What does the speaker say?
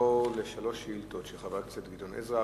נעבור לשלוש שאילתות של חבר הכנסת גדעון עזרא.